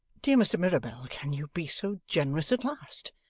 dear mr. mirabell, can you be so generous at last?